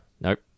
Nope